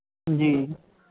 जी